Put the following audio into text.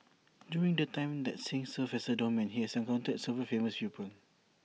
during the time that Singh served as A doorman he has encountered several famous people